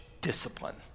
discipline